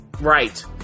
Right